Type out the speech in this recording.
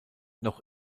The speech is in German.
noch